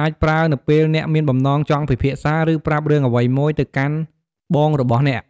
អាចប្រើនៅពេលអ្នកមានបំណងចង់ពិភាក្សា ឬប្រាប់រឿងអ្វីមួយទៅកាន់បងរបស់អ្នក។